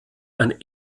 ein